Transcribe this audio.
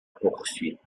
poursuite